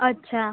अच्छा